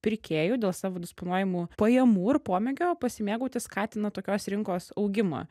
pirkėjų dėl savo disponuojamų pajamų ir pomėgio pasimėgauti skatina tokios rinkos augimą